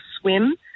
swim